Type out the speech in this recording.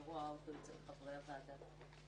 נוספים על מה שהוא דיבר פה?